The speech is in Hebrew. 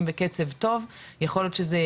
מבקש את רשות הדיבור ראש מועצת חוף השרון אלי ברכה,